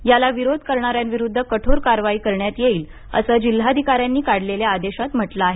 याला विरोध करणाऱ्यांविरूध्द कठोर कारवाई करण्यात येईल असं जिल्हाधिकाऱ्यांनी काढलेल्या आदेशात म्हटलं आहे